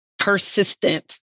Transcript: persistent